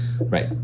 right